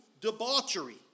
debauchery